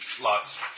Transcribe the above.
lots